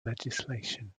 legislation